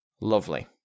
Lovely